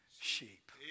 sheep